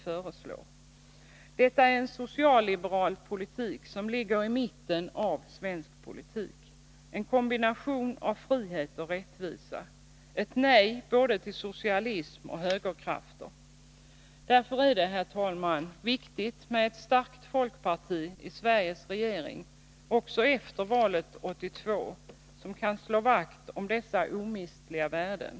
Denna politik är en socialliberal politik som ligger i mitten av svensk politik, en kombination av frihet och rättvisa, ett nej både till socialism och till högerkrafter. Därför är det, herr talman, viktigt med ett starkt folkparti i Sveriges regering också efter valet 1982, ett folkparti som kan slå vakt om dessa omistliga värden.